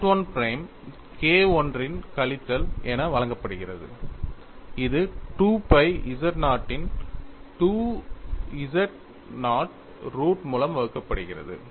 Z1 prime K I இன் கழித்தல் என வழங்கப்படுகிறது இது 2 pi z0 இன் 2 z0 ரூட் மூலம் வகுக்கப்படுகிறது